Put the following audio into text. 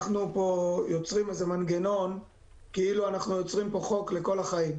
-- אנחנו יוצרים איזה מנגנון כאילו אנחנו יוצרים פה חוק לכל החיים.